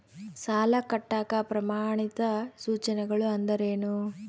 ಸಾಲ ಕಟ್ಟಾಕ ಪ್ರಮಾಣಿತ ಸೂಚನೆಗಳು ಅಂದರೇನು?